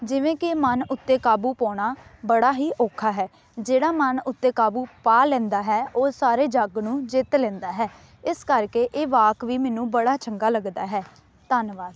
ਜਿਵੇਂ ਕਿ ਮਨ ਉੱਤੇ ਕਾਬੂ ਪਾਉਣਾ ਬੜਾ ਹੀ ਔਖਾ ਹੈ ਜਿਹੜਾ ਮਨ ਉੱਤੇ ਕਾਬੂ ਪਾ ਲੈਂਦਾ ਹੈ ਉਹ ਸਾਰੇ ਜੱਗ ਨੂੰ ਜਿੱਤ ਲੈਂਦਾ ਹੈ ਇਸ ਕਰਕੇ ਇਹ ਵਾਕ ਵੀ ਮੈਨੂੰ ਬੜਾ ਚੰਗਾ ਲੱਗਦਾ ਹੈ ਧੰਨਵਾਦ